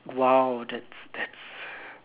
!wow! that's